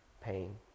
pain